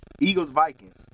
Eagles-Vikings